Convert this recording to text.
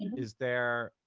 is there